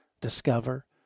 discover